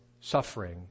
suffering